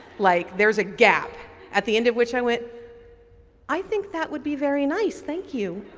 like there's a gap at the end of which i went i think that would be very nice thank you,